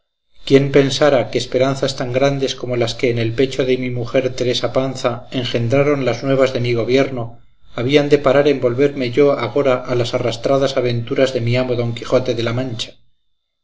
quién pensara que esperanzas tan grandes como las que en el pecho de mi mujer teresa panza engendraron las nuevas de mi gobierno habían de parar en volverme yo agora a las arrastradas aventuras de mi amo don quijote de la mancha